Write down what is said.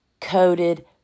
coated